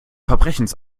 verbrechens